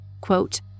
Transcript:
quote